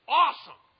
awesome